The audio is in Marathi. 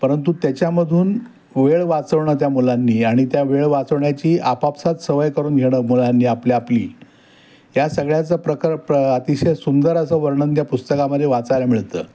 परंतु त्याच्यामधून वेळ वाचवणं त्या मुलांनी आणि त्या वेळ वाचवण्याची आपापसात सवय करून घेणं मुलांनी आपल्या आपली या सगळ्याचं प्रकर प्र अतिशय सुंदर असं वर्णन त्या पुस्तकामध्ये वाचायला मिळतं